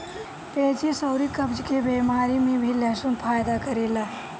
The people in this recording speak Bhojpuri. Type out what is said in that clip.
पेचिस अउरी कब्ज के बेमारी में भी लहसुन फायदा करेला